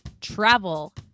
travel